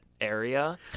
area